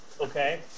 Okay